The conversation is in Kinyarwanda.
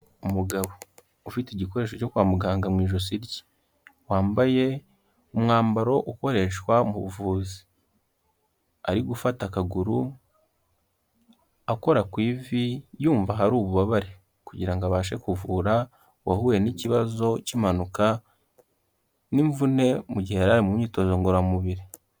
Umugabo ufite igikoresho cyo kwa muganga mu ijosi rye, wambaye umwambaro ukoreshwa mu buvuzi, ari gufata akaguru akora ku ivi yumva ahari ububabare kugira ngo abashe kuvura uwahuye n'ikibazo cy'impanuka n'imvune, mu gihe yari ari mu myitozo ngororamubiri.